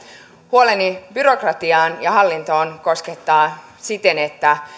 huoleni byrokratiasta ja hallinnosta koskettaa siten että